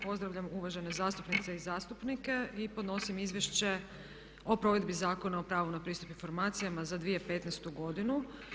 Pozdravljam uvažene zastupnice i zastupnike i podnosim izvješće o provedbi Zakona o pravu na pristup informacijama za 2015 godinu.